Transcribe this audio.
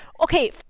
okay